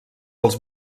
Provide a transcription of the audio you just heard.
els